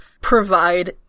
provide